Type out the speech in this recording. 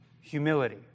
humility